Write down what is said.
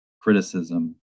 criticism